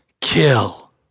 Kill